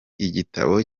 igitabo